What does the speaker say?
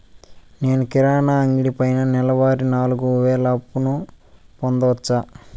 నేను కిరాణా అంగడి పైన నెలవారి నాలుగు వేలు అప్పును పొందొచ్చా?